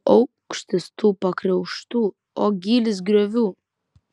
o aukštis tų pakriaušių o gylis griovų